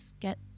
get